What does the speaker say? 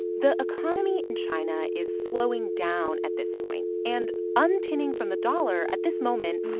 the economy in china is slowing down at this point. and unpinning from the dollar, at this moment,